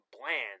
bland